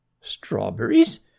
Strawberries